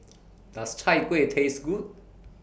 Does Chai Kuih Taste Good